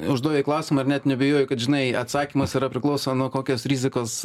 uždavei klausimą ir net neabejoju kad žinai atsakymas yra priklauso nuo kokias rizikas